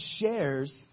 shares